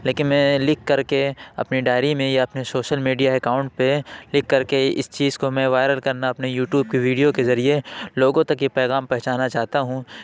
لیکن میں لکھ کر کے اپنی ڈائری میں یا اپنے شوشل میڈیا اکاؤنٹ پہ لکھ کر کے اس چیز کو میں وائرل کرنا اپنے یو ٹیوب کے ویڈیو کے ذریعے لوگوں تک یہ پیغام پہنچانا چاہتا ہوں